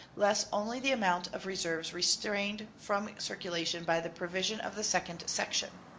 less only the amount of reserves restrained from circulation by the provision of the second section.